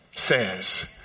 Says